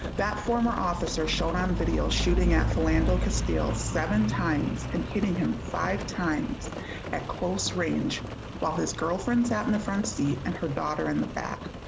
that former officer shown on video shooting at philando castille seven times um hitting him five times at close range while his girlfriend sat in the front front seat and her daughter in the back.